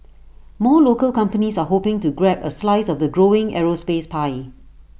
more local companies are hoping to grab A slice of the growing aerospace pie